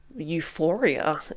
Euphoria